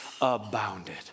abounded